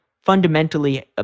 fundamentally